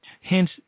Hence